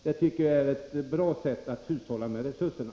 Det tycker jag är ett bra sätt att hushålla med resurserna.